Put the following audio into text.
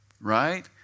right